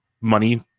money